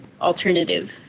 alternative